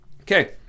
Okay